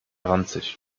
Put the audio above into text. ranzig